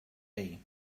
day